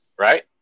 right